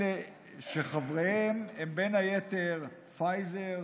אלה שחבריהם הם בין היתר פייזר,